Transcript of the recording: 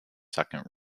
second